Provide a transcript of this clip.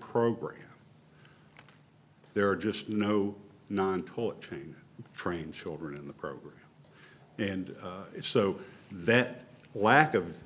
program there are just no non toll train train children in the program and so that lack of